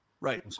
Right